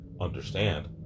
understand